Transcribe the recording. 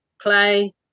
play